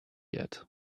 yet